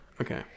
Okay